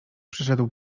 przyszedł